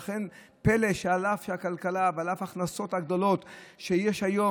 ולכן פלא שעל אף הכלכלה ועל אף ההכנסות הגדולות שיש היום,